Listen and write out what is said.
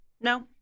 no